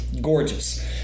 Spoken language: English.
gorgeous